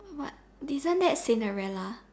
what isn't that Cinderella